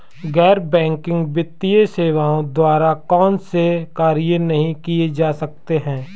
गैर बैंकिंग वित्तीय सेवाओं द्वारा कौनसे कार्य नहीं किए जा सकते हैं?